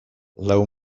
lau